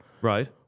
Right